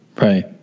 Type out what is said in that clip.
Right